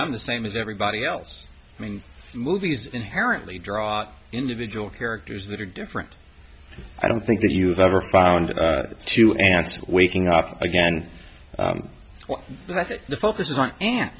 i'm the same as everybody else i mean movies inherently draw individual characters that are different i don't think that you've ever found it to ask waking up again but i think the focus is on an